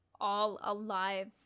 all-alive